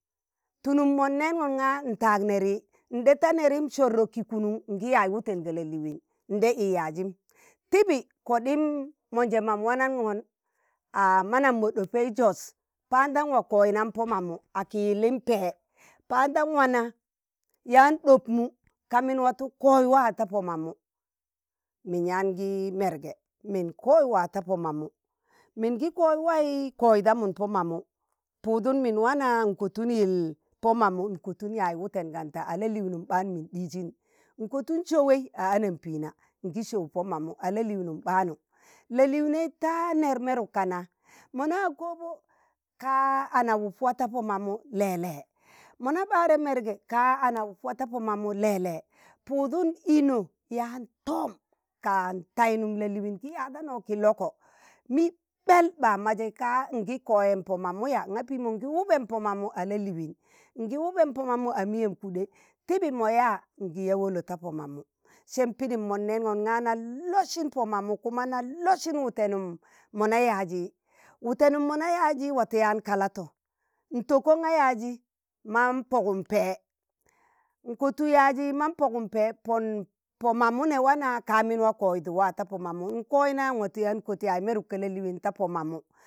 tulum mon nẹẹngon nga n'taag neri, nɗa ta nẹrim sọrro ki kunun ngi yaaz wuten ga la'liin nɗe i yaazim, tibi koɗim monje mam wanangon a manam mo ɗopei Jos, pandan waa koiṉam Po mamu a ki yillim pee, pandan wana yaan ɗopmu ka min watu koi wa ta po mammu, min yaan gi mẹrge, min koiwa ta po mamu po mamu ki yillim pẹẹ pandan wana yaan ɗopmu ka min watu. koiwa ta po mamu min yaan gi merge min ta po mamu mingi, po mamu puudun min wana nkotun yil po mamu nkotun yaaz wuten kanta, a la'liinum ɓaan min ɗiizin nkotun sọwi anampiina, ngi sọo po mamu a la'liin ɓaanu, la'liinei tạan nẹr meruk ka na, mo na koobo ka̱a ana wup wa ta po mamu lele, mona bare merge, ka ana up waa ta po mamu le le, puudun ino yaan toom, kaan tatayinnum la'liin ki yadano kiloko, mi ɓẹl ɓa maji, kaa ngi koyen po mamu ya? nga piimo ngi ube po mamau a la liin, ngi uben pomamu a miyem kuɗe, tibi mo yaa ngi yaa wolo ta po mamu, sẹm pidim monẹẹngon nga nlosin po mamu, nga nlosin wutenum mo na yaazi wutenum mo na yaazi, wato yaan kalato n'tokon ga yaazi man pogum pee, n'kotug yaazi man pogum pẹẹ, pon po mamu ne wana ka min waa koyidu wa ta po mamu, nkoyna nwatu yaan kot yaaz meruk ka la'liin ta po mamu.